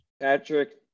Patrick